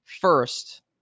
first